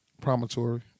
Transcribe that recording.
promontory